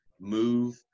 move